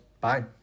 Bye